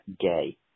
gay